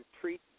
treat